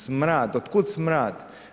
Smrad, otkud smrad?